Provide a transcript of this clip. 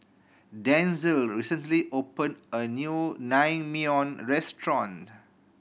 Denzell recently opened a new Naengmyeon Restaurant